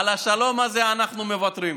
על השלום הזה אנחנו מוותרים.